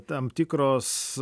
tam tikros